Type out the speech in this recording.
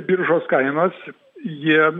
biržos kainos jie